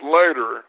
later